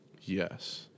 Yes